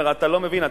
הוא אמר: אתה לא מבין,